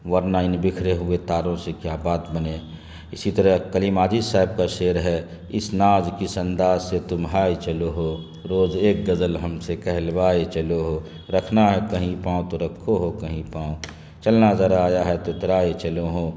ورنہ ان بکھرے ہوئے تاروں سے کیا بات بنے اسی طرح کلیم عاجز صاحب کا شعر ہے اس ناز کس انداز سے تم ہائے چلو ہو روز ایک غزل ہم سے کہلوائے چلو ہو رکھنا ہے کہیں پاؤں تو رکھو ہو کہیں پاؤں چلنا ذرا آیا ہے تو اترائے چلو ہو